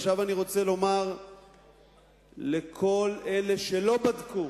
עכשיו, אני רוצה לומר לכל אלה שלא בדקו: